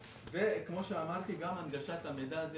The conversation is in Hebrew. וכמו שאמרתי, גם הנגשת המידע הזה